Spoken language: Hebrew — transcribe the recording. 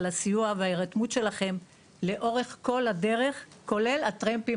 על הסיוע וההירתמות שלכם לאורך כל הדרך כולל הטרמפים